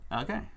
Okay